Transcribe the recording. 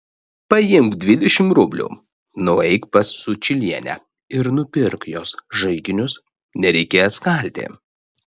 paimk dvidešimt rublių nueik pas sučylienę ir nupirk jos žaiginius nereikės kalti